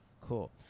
Cool